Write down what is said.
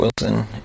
Wilson